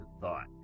thought